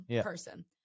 person